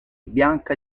bianca